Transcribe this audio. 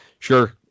Sure